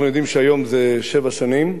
אנחנו יודעים שהיום זה שבע שנים,